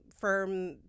firm